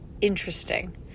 interesting